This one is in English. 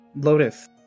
Lotus